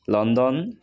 London